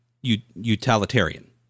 utilitarian